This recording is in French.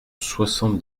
soixante